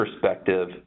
perspective